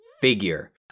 figure